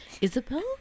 Isabel